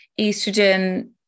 estrogen